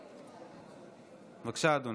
בבקשה, אדוני.